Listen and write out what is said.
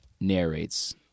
narrates